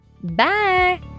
Bye